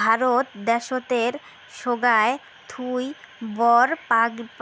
ভারত দ্যাশোতের সোগায় থুই বড়